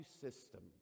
system